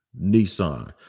nissan